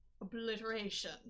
obliteration